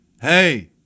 hey